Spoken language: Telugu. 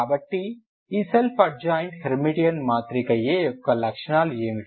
కాబట్టి ఈ సెల్ఫ్ అడ్జాయింట్ హెర్మిటియన్ మాత్రిక A యొక్క లక్షణాలు ఏమిటి